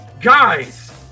guys